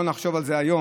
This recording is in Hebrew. לא נחשוב על זה היום.